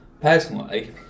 Personally